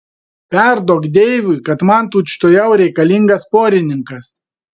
perduok deivui kad man tučtuojau reikalingas porininkas